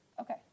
Okay